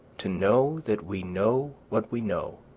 to know that we know what we know,